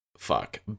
Fuck